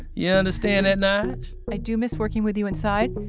yeah understand that, nige? i do miss working with you inside,